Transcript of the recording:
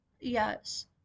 Yes